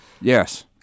Yes